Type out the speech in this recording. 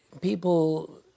people